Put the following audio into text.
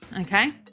Okay